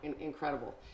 incredible